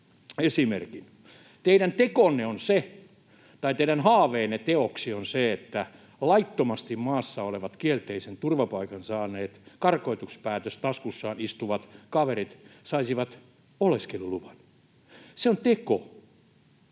esimerkin. Teidän tekonne — tai teidän haaveenne teoksi — on se, että laittomasti maassa olevat, kielteisen turvapaikan saaneet, karkotuspäätös taskussaan istuvat kaverit saisivat oleskeluluvan. Se on teko.